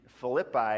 Philippi